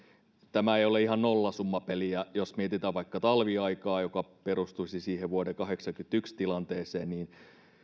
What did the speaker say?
tämä ei ole ihan nollasummapeliä jos mietitään vaikka talviaikaa joka perustuisi siihen vuoden kahdeksankymmentäyksi tilanteeseen niin